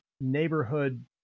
neighborhood